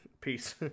peace